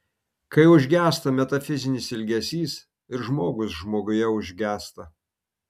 kai užgęsta metafizinis ilgesys ir žmogus žmoguje užgęsta